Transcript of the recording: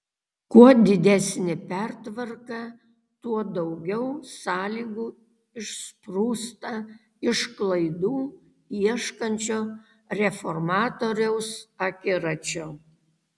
kuo didesnė pertvarka tuo daugiau sąlygų išsprūsta iš klaidų ieškančio reformatoriaus akiračio